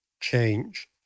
change